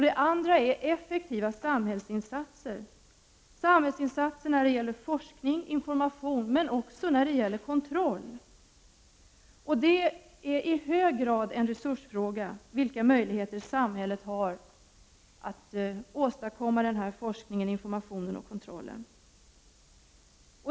Den andra innebär effektiva samhällsinsatser när det gäller forskning och information, men också när det gäller kontroll. Det är i hög grad en resursfråga vilka möjligheter samhället har att åstadkomma denna forskning, information och kontroll.